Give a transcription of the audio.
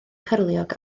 cyrliog